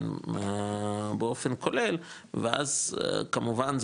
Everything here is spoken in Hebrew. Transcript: באופן כולל ואז כמובן,